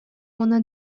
уонна